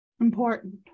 important